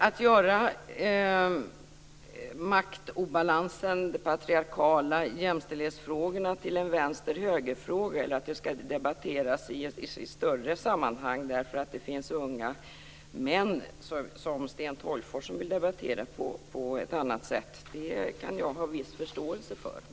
Att göra maktobalansen, det patriarkala, och jämställdhetsfrågorna till en vänster-högerfråga eller att se till att den skall debatteras i större sammanhang därför att det finns unga män som Sten Tolgfors som vill debattera på ett annat sätt kan jag ha viss förståelse för.